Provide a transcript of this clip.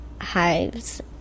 hives